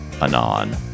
anon